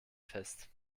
fest